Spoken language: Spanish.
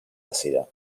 ácida